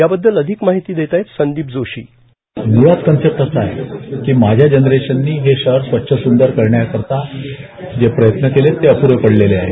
याबददल अधिक माहिती देत आहेत संदीप जोशी मुळात कन्सेप्ट असा आहे माझ्या जनरेशने हे शहर स्वच्छ सुंदर करण्यासाठी प्रयत्न केले ते अप्रे पडलेले आहे